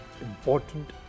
important